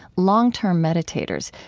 long-term meditators,